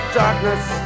darkness